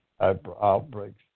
outbreaks